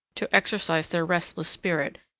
to exercise their restless spirit,